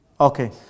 Okay